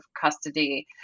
custody